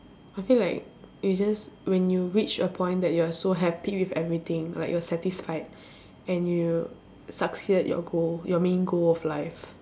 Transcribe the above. I feel like it just when you reach a point that you are so happy with everything like you're satisfied and you succeed your goal your main goal of life